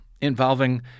involving